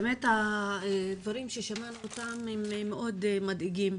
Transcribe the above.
הדברים ששמענו כאן הם מאוד מדאיגים.